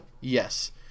Yes